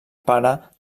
pare